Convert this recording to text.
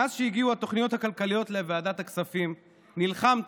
מאז שהגיעו התוכניות הכלכליות לוועדת הכספים נלחמתי,